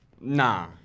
Nah